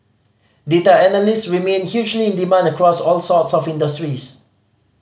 data analysts remain hugely in demand across all sorts of industries